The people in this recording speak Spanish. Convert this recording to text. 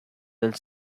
del